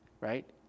right